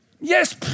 Yes